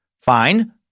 fine